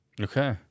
Okay